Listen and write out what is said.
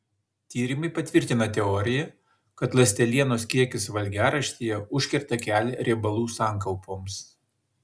tyrimai patvirtina teoriją kad ląstelienos kiekis valgiaraštyje užkerta kelią riebalų sankaupoms